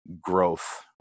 growth